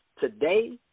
today